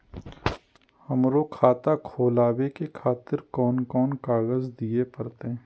हमरो खाता खोलाबे के खातिर कोन कोन कागज दीये परतें?